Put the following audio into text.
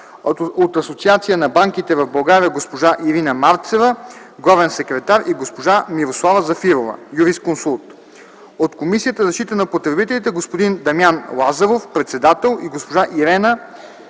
от Асоциацията на банките в България: госпожа Ирина Марцева – главен секретар, и госпожа Мирослава Зафирова – юрисконсулт; от Комисията за защита на потребителите: господин Дамян Лазаров – председател, и госпожа Ирена